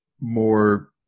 more